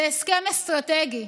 זה הסכם אסטרטגי,